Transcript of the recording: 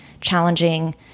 challenging